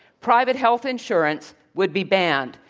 private health insurance would be banned,